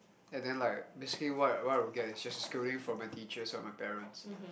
and then like basically what what we will get is just a scolding from my teachers not my parents